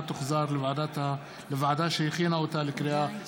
תוחזר לוועדה שהכינה אותה לקריאה הראשונה.